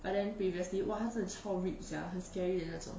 but then previously !wah! 他真的超 ripped sia 很 scary 的那种